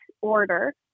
order